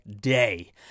day